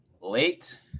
late